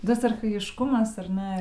tas archajiškumas ar ne